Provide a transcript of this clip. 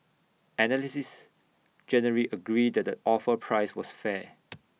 analysts generally agreed that the offer price was fair